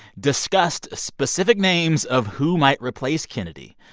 discussed specific names of who might replace kennedy.